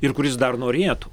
ir kuris dar norėtų